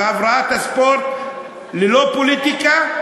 והבראת הספורט ללא פוליטיקה,